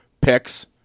picks